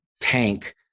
tank